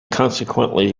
consequently